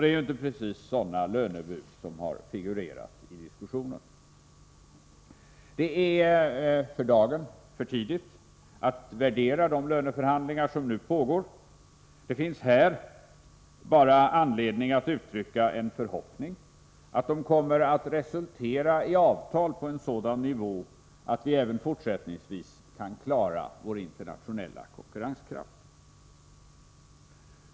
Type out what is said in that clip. Det är inte precis sådana lönebud som har figurerat i diskussionen. Det är för dagen för tidigt att värdera de löneförhandlingar som nu pågår. Här finns bara anledning att uttrycka en förhoppning att de kommer att resultera i avtal på en sådan nivå att vi även fortsättningsvis kan klara vår internationella konkurrenskraft.